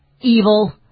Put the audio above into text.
evil